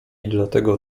dlatego